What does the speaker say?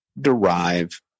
derive